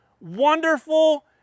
wonderful